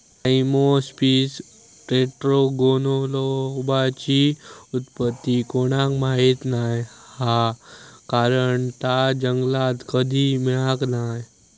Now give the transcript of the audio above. Cyamopsis टेट्रागोनोलोबाची उत्पत्ती कोणाक माहीत नाय हा कारण ता जंगलात कधी मिळाक नाय